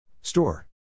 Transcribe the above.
Store